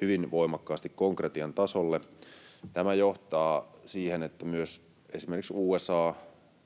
hyvin voimakkaasti konkretian tasolle. Tämä johtaa siihen, että myös esimerkiksi USA